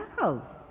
house